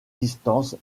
distance